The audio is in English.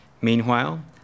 Meanwhile